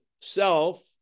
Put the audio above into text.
self